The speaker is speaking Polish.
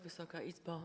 Wysoka Izbo!